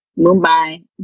Mumbai